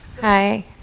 Hi